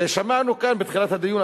שמענו כאן בתחילת הדיון,